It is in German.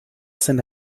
sind